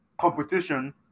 competition